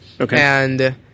Okay